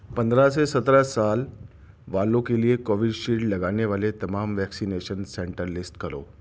پندرہ سے سترہ سال والوں کے لئے کووشیلڈ لگانے والے تمام ویکسینیشن سینٹر لسٹ کرو